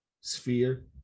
sphere